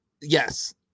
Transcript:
yes